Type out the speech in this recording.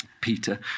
Peter